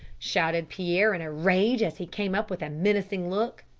shouted pierre in a rage, as he came up with a menacing look.